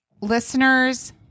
listeners